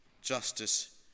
justice